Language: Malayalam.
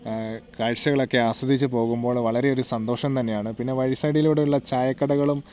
കാഴ്ച്ചകളൊക്കെ ആസ്വദിച്ച് പോകുമ്പോൾ വളരെയധികം സന്തോഷം തന്നെയാണ് പിന്നെ വഴി സൈഡിലൂടെയുള്ള ചായക്കടകളും